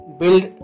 build